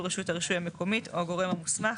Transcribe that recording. רשות הרישוי המקומית או הגורם המוסמך,